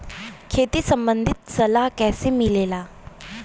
खेती संबंधित सलाह कैसे मिलेला?